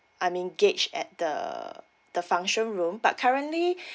I mean gauge at the the function room but currently